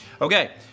Okay